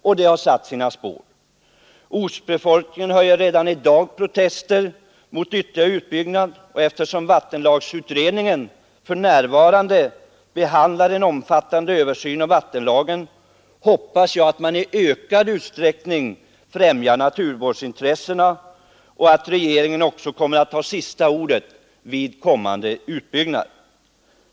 Ortsbefolkningen höjer redan i dag protester mot ytterligare utbyggnad, och eftersom vattenlagsutredningen för närvarande behandlar en omfattande översyn av vattenlagen hoppas jag att man i ökad utsträckning främjar naturvårdsintressena och att regeringen också skall ha sista ordet när det gäller eventuella kommande utbyggnader.